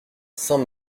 saint